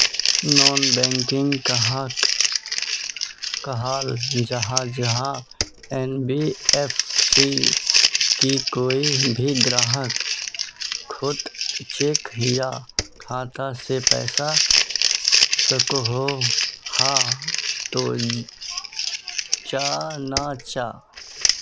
Non banking कहाक कहाल जाहा जाहा एन.बी.एफ.सी की कोई भी ग्राहक कोत चेक या खाता से पैसा सकोहो, हाँ तो चाँ ना चाँ?